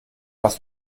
was